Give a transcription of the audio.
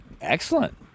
Excellent